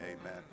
amen